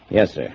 yes, sir